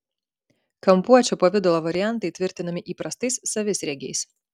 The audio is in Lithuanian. kampuočio pavidalo variantai tvirtinami įprastais savisriegiais